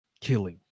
killing